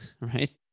right